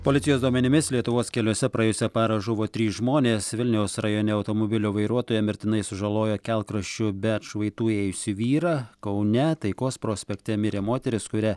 policijos duomenimis lietuvos keliuose praėjusią parą žuvo trys žmonės vilniaus rajone automobilio vairuotoja mirtinai sužalojo kelkraščiu be atšvaitų ėjusį vyrą kaune taikos prospekte mirė moteris kurią